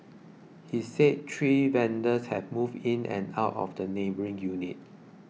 he said three vendors had moved in and out of the neighbouring unit